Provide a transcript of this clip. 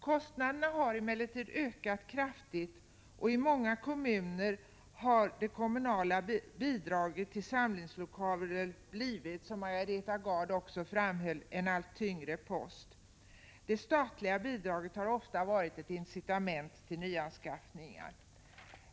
Kostnaderna har emellertid ökat kraftigt, och i många kommuner har de kommunala bidragen till samlingslokaler blivit, som Margareta Gard framhöll, en allt tyngre post. De statliga bidragen har ofta varit ett incitament till nyanskaffningar.